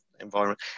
environment